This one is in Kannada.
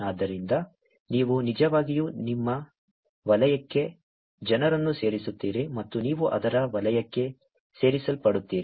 ಆದ್ದರಿಂದ ನೀವು ನಿಜವಾಗಿಯೂ ನಿಮ್ಮ ವಲಯಕ್ಕೆ ಜನರನ್ನು ಸೇರಿಸುತ್ತೀರಿ ಮತ್ತು ನೀವು ಅವರ ವಲಯಕ್ಕೆ ಸೇರಿಸಲ್ಪಡುತ್ತೀರಿ